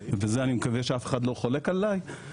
ובזה אני מקווה שאף אחד לא חולק עליי,